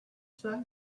say